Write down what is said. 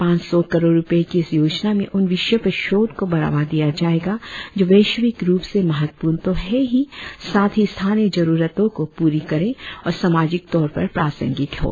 पांच सौ करोड़ रुपये की इस योजना में उन विषयों पर शोध को बढ़ावा दिया जायेगा जो वैश्विक रुप से महत्वपूर्ण तो है ही साथ ही स्थानीय जरुरतों को पूरी करें और सामाजिक तौर पर प्रासंगिक हों